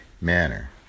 manner